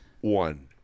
one